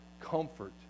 comfort